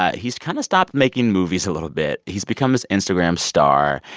ah he's kind of stopped making movies a little bit. he's become this instagram star.